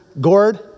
gourd